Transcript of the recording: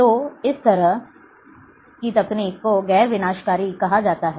तो इस तरह की तकनीक को गैर विनाशकारी कहा जाता है